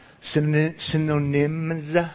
synonyms